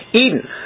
Eden